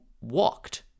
walked